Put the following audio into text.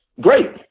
Great